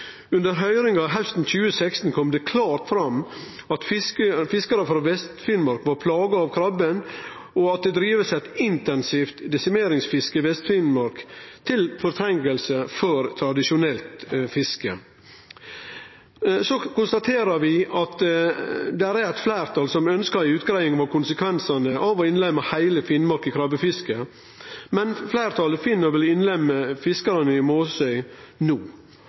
Under høyringa hausten 2016 kom det klart fram at fiskarar frå Vest-Finnmark var plaga av krabben, og at det blir drive eit intensivt desimeringsfiske i Vest-Finnmark på kostnad av tradisjonelt fiske. Så konstaterer vi at det er eit fleirtal som ønskjer ei utgreiing av konsekvensane av å innlemme heile Finnmark i krabbefisket, medan fleirtalet finn å ville innlemme fiskarane i Måsøy no.